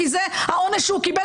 כי זה העונש שהוא קיבל,